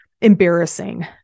embarrassing